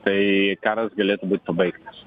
tai karas galėtų būt pabaigtas